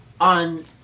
on